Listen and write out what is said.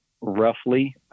roughly